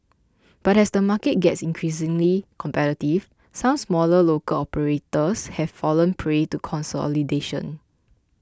but as the market gets increasingly competitive some smaller local operators have fallen prey to consolidation